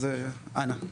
אז אנא.